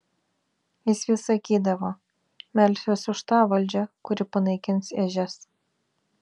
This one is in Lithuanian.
jis vis sakydavo melsiuos už tą valdžią kuri panaikins ežias